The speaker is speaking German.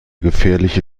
gefährliche